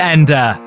Ender